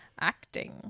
acting